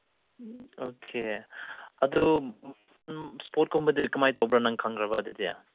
okay ꯑꯗꯨ ꯏꯁꯄꯣꯠꯀꯨꯝꯕꯗꯤ ꯀꯃꯥꯏꯅ ꯇꯧꯕ꯭ꯔꯥ ꯅꯪ ꯈꯪꯈ꯭ꯔꯕ ꯑꯗꯨꯗꯤ